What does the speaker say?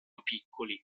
piccoli